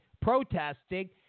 protesting